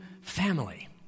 family